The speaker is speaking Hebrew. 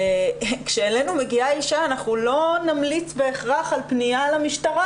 כשאלינו מגיעה אישה אנחנו לא נמליץ בהכרח על פנייה למשטרה,